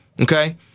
okay